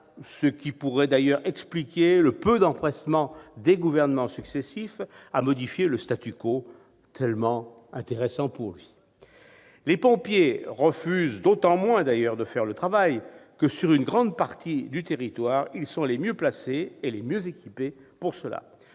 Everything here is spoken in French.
ce qui pourrait d'ailleurs expliquer le peu d'empressement des gouvernements successifs à modifier un aussi intéressant pour lui. Les pompiers refusent d'autant moins de faire le travail que, sur une grande partie du territoire, ils sont les mieux placés et les mieux équipés pour